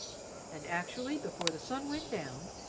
and actually, before the sun went down,